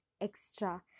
extra